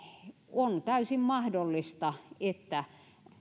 on täysin mahdollista että